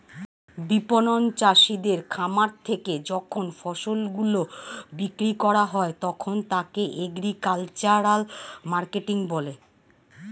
বিপণন চাষীদের খামার থেকে যখন ফসল গুলো বিক্রি করা হয় তখন তাকে এগ্রিকালচারাল মার্কেটিং বলে